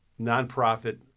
nonprofit